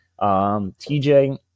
TJ